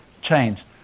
change